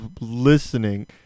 listening